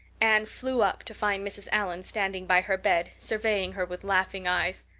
anne flew up, to find mrs. allan standing by her bed, surveying her with laughing eyes.